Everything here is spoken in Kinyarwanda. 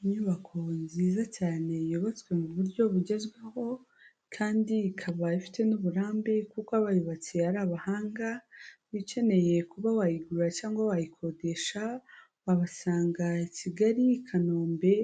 Inyubako nziza cyane yubatswe mu buryo bugezweho kandi ikaba ifite n'uburambe kuko abayubatsi ari abahanga, ukeneye kuba wayigura cyangwa wayikodesha wabasanga Kigali Kanombe